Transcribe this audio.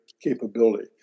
capability